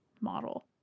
model